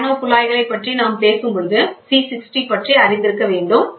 carbon நானோகுழாய்களைப் பற்றி நாம் பேசும் பொழுது C60 பற்றி அறிந்திருக்க வேண்டும்